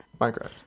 Minecraft